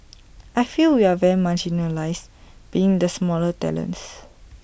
I feel we are very marginalised being the smaller tenants